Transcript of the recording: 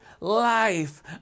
life